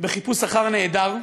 בחיפוש אחר נעדר.